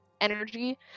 energy